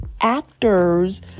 actors